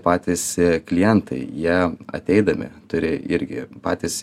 patys klientai jie ateidami turi irgi patys